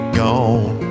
gone